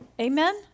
amen